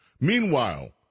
Meanwhile